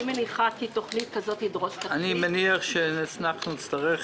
אני מניח שנצטרך